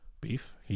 beef